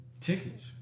Tickets